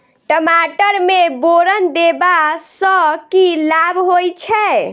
टमाटर मे बोरन देबा सँ की लाभ होइ छैय?